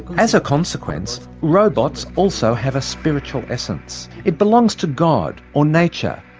as a consequence robots also have a spiritual essence. it belongs to god or nature,